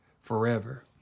forever